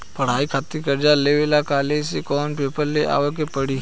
पढ़ाई खातिर कर्जा लेवे ला कॉलेज से कौन पेपर ले आवे के पड़ी?